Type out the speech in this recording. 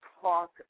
talk